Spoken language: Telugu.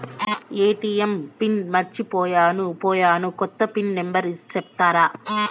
ఎ.టి.ఎం పిన్ మర్చిపోయాను పోయాను, కొత్త పిన్ నెంబర్ సెప్తారా?